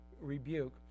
rebuke